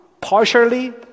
partially